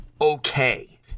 okay